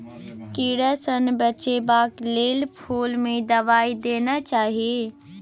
कीड़ा सँ बचेबाक लेल फुल में दवाई देना चाही